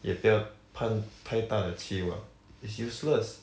也不要盼太大的期望 is useless